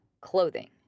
clothing